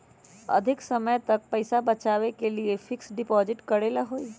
अधिक समय तक पईसा बचाव के लिए फिक्स डिपॉजिट करेला होयई?